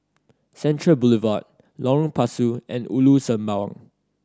Central Boulevard Lorong Pasu and Ulu Sembawang